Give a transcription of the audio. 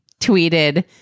tweeted